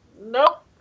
nope